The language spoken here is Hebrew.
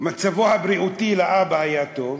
מצבו הבריאותי של האבא היה טוב,